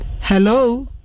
hello